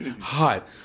hot